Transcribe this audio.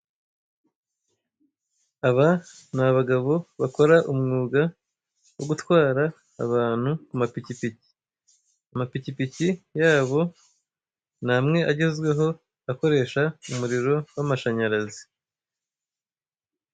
Aba ni abagabo bakora umwuga wo gutwara abantu ku mapikipiki. Amapikipiki yabo ni amwe agezweho akoresha umuriro w'amashanyarazi.